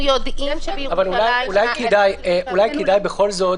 אולי כדאי בכל זאת,